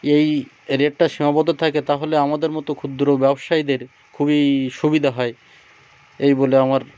এই রেটটা সীমাবদ্ধ থাকে তাহলে আমাদের মতো ক্ষুদ্র ব্যবসায়ীদের খুবই সুবিধা হয় এই বলে আমার